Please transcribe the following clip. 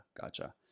gotcha